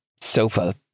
sofa